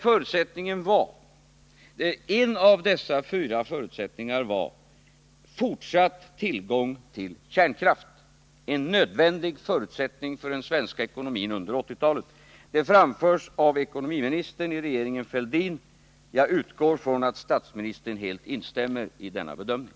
En av dessa fyra förutsättningar var fortsatt tillgång till kärnkraft — en nödvändig förutsättning för den svenska ekonomin under 1980-talet. Detta framförs av ekonomiministern i regeringen Fälldin. Jag utgår från att statsministern helt instämmer i denna bedömning.